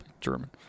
German